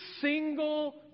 single